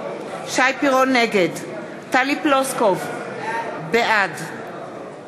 נגד טלי פלוסקוב, בעד